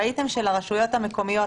ראיתם שלרשויות המקומיות,